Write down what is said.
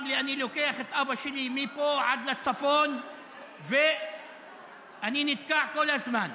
לי: אני לוקח את אבא שלי מפה עד לצפון ואני נתקע כל הזמן.